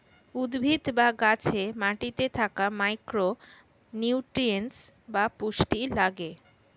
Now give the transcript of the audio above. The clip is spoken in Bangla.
উদ্ভিদ বা গাছে মাটিতে থাকা মাইক্রো নিউট্রিয়েন্টস বা পুষ্টি লাগে